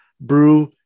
brew